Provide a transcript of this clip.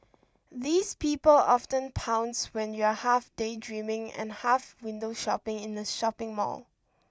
these people often pounce when you're half daydreaming and half window shopping in the shopping mall